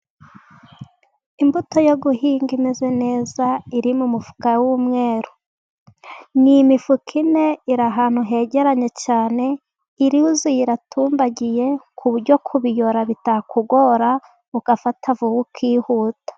Imbuto yo guhinga imeze neza iri mu mufuka w'umweru. Ni imifuka ine iri ahantu hegeranye cyane, yuzuye iratumbagiye ku buryo kubiyora bitakugora, ugafata vuba ukihuta.